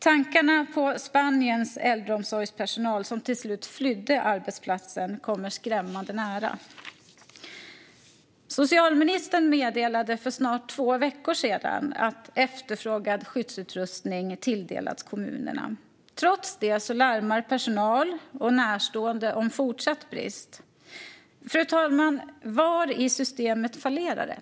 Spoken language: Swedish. Tankarna på Spaniens äldreomsorgspersonal som till slut flydde arbetsplatsen kommer skrämmande nära. Socialministern meddelade för snart två veckor sedan att efterfrågad skyddsutrustning tilldelats kommunerna. Trots det larmar personal och närstående om fortsatt brist. Fru talman! Var i systemet fallerar det?